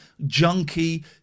junky